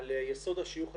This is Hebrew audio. על יסוד השיוך השבטי.